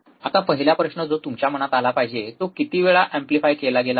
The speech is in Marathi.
आता पहिला प्रश्न जो तुमच्या मनात आला पाहिजे तो किती वेळा एम्प्लिफाय केला गेला आहे